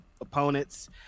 opponents